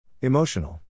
Emotional